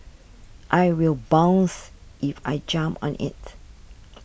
I will bounce if I jump on it